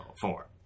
four